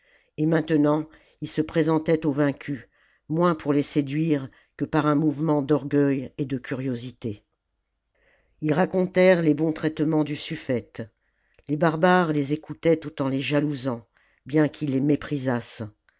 et maintenant ils se présentaient aux vaincus moins pour les séduire que par un mouvement d'orgueil et de curiosité ils racontèrent les bons traitements du suffète les barbares les écoutaient tout en les jalousant bien qu'ils les méprisassent